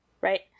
Right